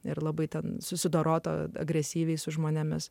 ir labai ten susidorota agresyviai su žmonėmis